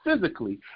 physically